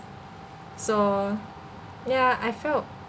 so ya I felt